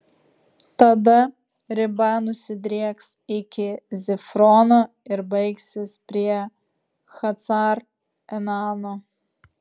tada riba nusidrieks iki zifrono ir baigsis prie hacar enano